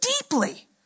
deeply